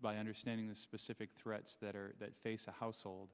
by understanding the specific threats that are that face a household